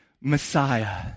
Messiah